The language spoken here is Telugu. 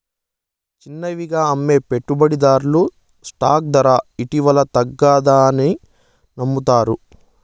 చిన్నవిగా అమ్మే పెట్టుబడిదార్లు స్టాక్ దర ఇలవల్ల తగ్గతాదని నమ్మతారు